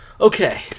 Okay